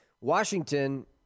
Washington